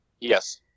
Yes